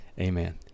Amen